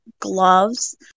gloves